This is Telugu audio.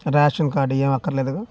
రేషన్ కార్డ్ ఇవేమీ అక్కర్లేదుగా